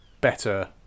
better